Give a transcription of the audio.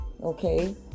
Okay